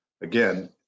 again